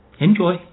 enjoy